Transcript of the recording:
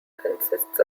consists